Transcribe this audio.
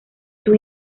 sus